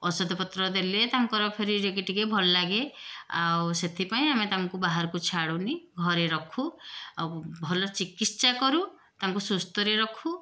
ଔଷଧ ପତ୍ର ଦେଲେ ତାଙ୍କର ଫେରେ ଯାଇକି ଟିକେ ଭଲ ଲାଗେ ଆଉ ସେଥିପାଇଁ ଆମେ ତାଙ୍କୁ ବାହାରକୁ ଛାଡ଼ୁନି ଘରେ ରଖୁ ଆଉ ଭଲ ଚିକିତ୍ସା କରୁ ତାଙ୍କୁ ସୁସ୍ଥରେ ରଖୁ